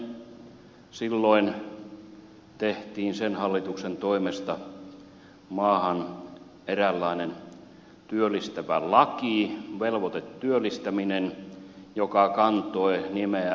silloin tehtiin sen hallituksen toimesta maahan eräänlainen työllistävä laki velvoitetyöllistäminen joka kantoi nimeä rinteen malli